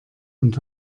und